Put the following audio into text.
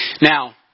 Now